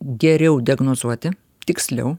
geriau diagnozuoti tiksliau